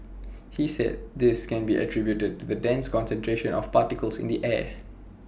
he said this can be attributed to the dense concentration of particles in the air